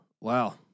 Wow